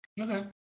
Okay